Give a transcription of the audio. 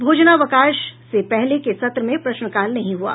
भोजनावकाश से पहले के सत्र में प्रश्नकाल नहीं हुआ